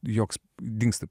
joks dingsta